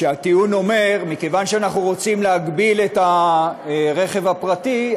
הטיעון אומר: מכיוון שאנחנו רוצים להגביל את הרכב הפרטי,